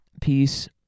peace